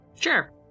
Sure